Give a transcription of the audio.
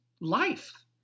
life